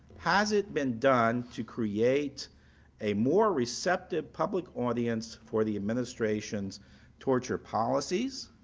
has it been done to create a more receptive public audience for the administration's torture policies?